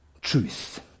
Truth